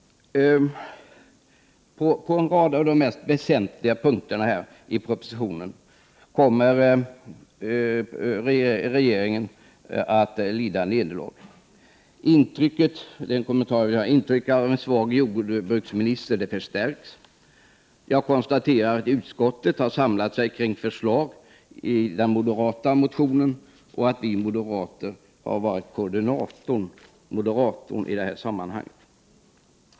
När det gäller en rad av de mest väsentliga punkterna i propositionen kommer regeringen att lida nederlag. Intrycket av en svag jordbruksminister förstärks. Jag konstaterar att utskottet har samlat sig kring förslag i den moderata reservationen och att vi moderater har varit koordinator och moderator i detta sammanhang.